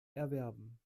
erwerben